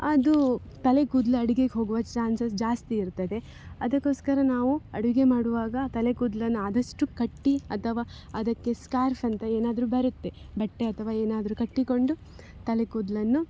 ಅದು ತಲೆ ಕೂದ್ಲು ಅಡುಗೆಗ್ ಹೋಗುವ ಚಾನ್ಸಸ್ ಜಾಸ್ತಿಯಿರ್ತದೆ ಅದಕ್ಕೊಸ್ಕರ ನಾವು ಅಡುಗೆ ಮಾಡುವಾಗ ತಲೆ ಕೂದ್ಲನ್ನು ಆದಷ್ಟು ಕಟ್ಟಿ ಅಥವಾ ಅದಕ್ಕೆ ಸ್ಕ್ಯಾರ್ಫ್ ಅಂತ ಏನಾದರೂ ಬರುತ್ತೆ ಬಟ್ಟೆ ಅಥವಾ ಏನಾದರೂ ಕಟ್ಟಿಕೊಂಡು ತಲೆ ಕೂದಲನ್ನು